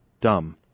dumb